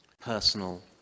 personal